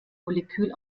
molekül